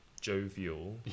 jovial